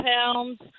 pounds